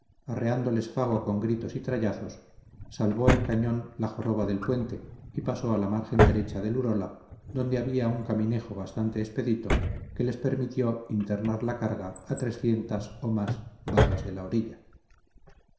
arreándoles fago con gritos y trallazos salvé el cañón la joroba del puente y pasó a la margen derecha del urola donde había un caminejo bastante expedito que les permitió internar la carga a trescientas o más varas de la orilla